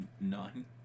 Nine